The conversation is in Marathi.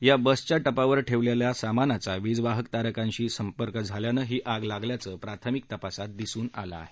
या बसच्या टपावर ठेवलेलं सामानाचा वीजवाहक तारांशी संपर्क झाल्यानं ही आग लागल्याचं प्राथमिक तपासात दिसून आलं आहे